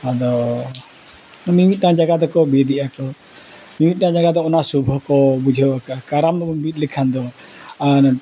ᱟᱫᱚ ᱢᱤᱼᱢᱤᱫᱴᱟᱝ ᱡᱟᱭᱜᱟ ᱫᱚᱠᱚ ᱵᱤᱫ ᱮᱫᱟᱠᱚ ᱢᱤᱼᱢᱤᱫᱴᱟᱝ ᱡᱟᱭᱜᱟ ᱫᱚ ᱚᱱᱟ ᱥᱩᱵᱷ ᱦᱚᱸᱠᱚ ᱵᱩᱡᱷᱟᱹᱣ ᱟᱠᱟᱜᱼᱟ ᱠᱟᱨᱟᱢ ᱵᱚᱱ ᱵᱤᱫ ᱞᱮᱠᱷᱟᱱ ᱫᱚ ᱟᱨ